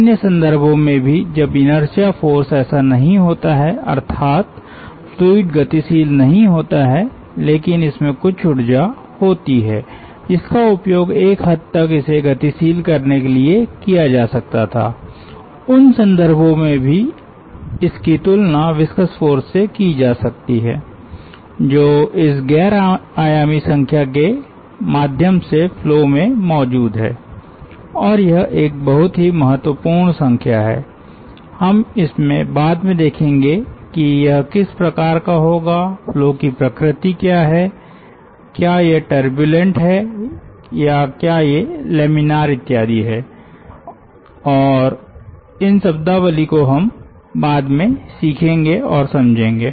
अन्य संदर्भों में भी जब इनर्शिया फ़ोर्स ऐसा नहीं होता है अर्थात फ्लूइड गतिशील नहीं होता है लेकिन इसमें कुछ ऊर्जा होती है जिसका उपयोग एक हद तक इसे गतिशील करने के लिए किया जा सकता थाउन संदर्भों में भी इसकी तुलना विस्कस फ़ोर्स से की जा सकती है जो इस गैर आयामी संख्या के माध्यम से फ्लो में मौजूद हैं और यह एक बहुत ही महत्वपूर्ण संख्या है हम इसमें बाद में देखेंगे कि यह किस प्रकार का होगा फ्लो की प्रकृति क्या है क्या ये टर्बूलेंट है या क्या ये लैमिनार इत्यादि है और इन शब्दावली को हम बाद में सीखेंगे और समझेंगे